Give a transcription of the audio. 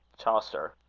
chaucer.